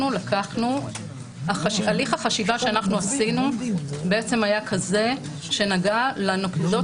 הליך החשיבה שעשינו בעצם היה כזה שנגע לנקודות